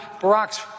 Barack's